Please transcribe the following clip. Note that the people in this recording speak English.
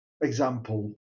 example